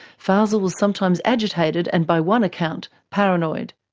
fazel was sometimes agitated and, by one account, paranoid.